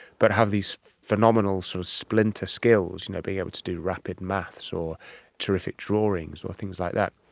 but have these phenomenal so splinter skills, you know being able to do rapid maths or terrific drawings or things like that.